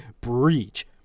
breach